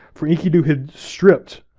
for enkidu had stripped,